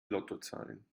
lottozahlen